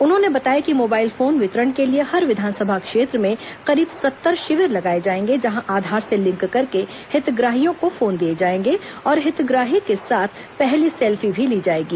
उन्होंने बताया कि मोबाइल फोन वितरण के लिए हर विधानसभा क्षेत्र में करीब सत्तर शिविर लगाए जाएंगे जहां आधार से लिंक करके हितग्राहियों को फोन दिए जाएंगे और हितग्राही के साथ पहली सेल्फी भी ली जाएगी